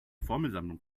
formelsammlung